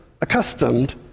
accustomed